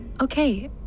Okay